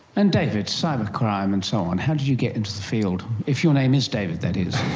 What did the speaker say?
and david, cybercrime and so on, how did you get into the field? if your name is david, that is. i